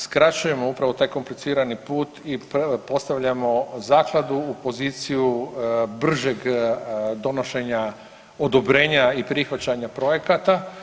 Skraćujemo upravo taj komplicirani put i postavljamo zakladu u poziciju bržeg donošenja odobrenja i prihvaćanja projekata.